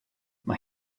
mae